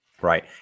Right